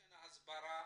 תוכן ההסברה.